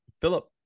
philip